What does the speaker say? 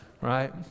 right